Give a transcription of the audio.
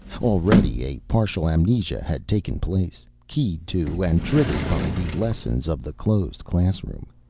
already a partial amnesia had taken place, keyed to and triggered by the lessons of the closed classroom.